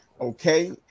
Okay